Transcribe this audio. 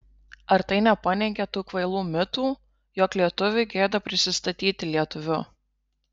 ar tai nepaneigia tų kvailų mitų jog lietuviui gėda prisistatyti lietuviu